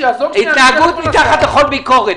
שיעזור --- התנהגות מתחת לכל ביקורת,